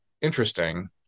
interesting